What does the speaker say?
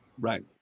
Right